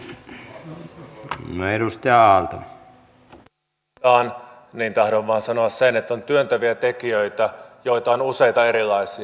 kun nimi mainitaan niin tahdon vain sanoa sen että on työntäviä tekijöitä joita on useita erilaisia